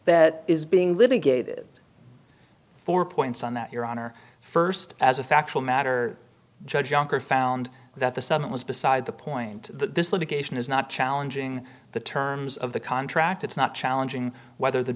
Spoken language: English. that is being litigated four points on that your honor st as a factual matter judge younker found that the summit was beside the point this litigation is not challenging the terms of the contract it's not challenging whether the